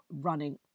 running